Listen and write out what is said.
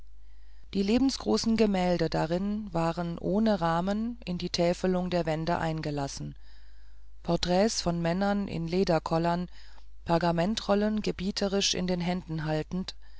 die lebensgroßen gemälde darin waren ohne rahmen in die täfelungen der wände eingelassen porträts von männern in lederkollern pergamentrollen gebieterisch in den händen haltend